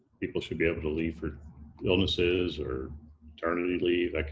people should be able to leave for illnesses, or maternity leave, like